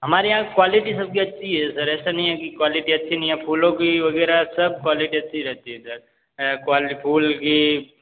हमारे यहाँ क्वालिटी सब की अच्छी ही है सर ऐसा नहीं कि क्वालिटी अच्छी नहीं है फूलों की वग़ैरह सब क्वालिटी अच्छी रहती है सर क्वाल्टी फूल की